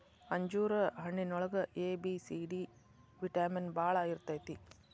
ಅಂಜೂರ ಹಣ್ಣಿನೊಳಗ A, B, C, D vitamin ಬಾಳ ಇರ್ತೈತಿ